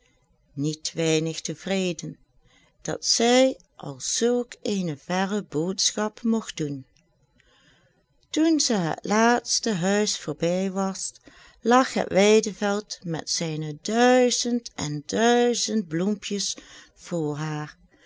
niet weinig tevreden dat zij al zulk eene verre boodschap mogt doen toen ze het laatste huis voorbij was lag het weideveld met zijne duizend en duizend bloempjes voor haar